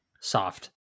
Soft